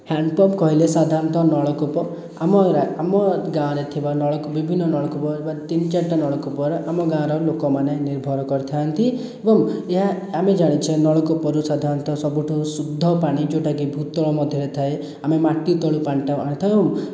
hand pump କହିଲେ ସାଧାରଣତଃ ନଳକୂପ ଆମର ଗାଁ ଆମ ଗାଁରେ ଥିବା ନଳକୂପ ବିଭିନ୍ନ ନଳକୂପ ବା ତିନି ଚାରିଟା ନଳକୂପ ଆମ ଗାଁର ଲୋକମାନେ ନିର୍ଭର କରିଥାନ୍ତି ଏବଂ ଏହା ଆମେ ଜାଣିଛେ ନଳକୂପରୁ ସାଧାରଣତଃ ସବୁ ଠାରୁ ଶୁଦ୍ଧ ପାଣି ଯେଉଁଟାକି ଭୂତଳ ମଧ୍ୟରେ ଥାଏ ଆମେ ମାଟି ତଳୁ ପାଣିଟା ବାହାରି ଥାଉ